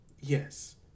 yes